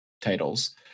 titles